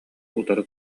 утары